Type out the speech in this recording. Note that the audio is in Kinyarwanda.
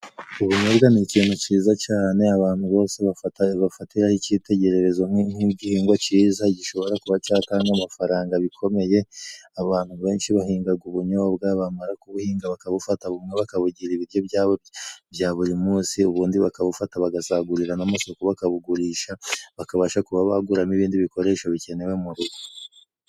Ubunyobwa ni ikintu ciza cane，abantu bose bafatiraho icitegererezo，nk'igihingwa ciza gishobora kuba catanga amafaranga bikomeye，abantu benshi bahingaga ubunyobwa， bamara kubuhinga， bakabufata， bakabugira ibiryo byabo bya buri munsi，ubundi bakabufata bagasagurira n'amasoko，bakabugurisha， bakabasha kuba baguramo ibindi bikoresho bikenewe murugo.